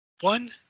one